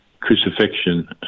crucifixion